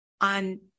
on